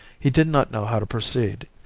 he did not know how to proceed.